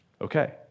okay